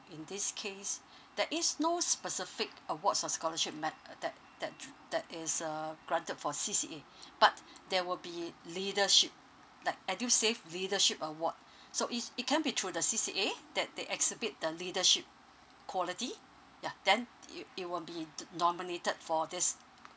in this case there is no specific awards or scholarship mat~ uh that that that is uh granted for C_C_A but there will be leadership like edusave leadership award so it's it can be through the C_C_A that they exhibit the leadership quality yeah then it it will be nominated for this